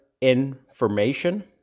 information